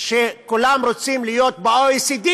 שכולם רוצים להיות ב-OECD,